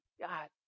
God